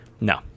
No